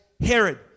Herod